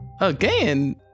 again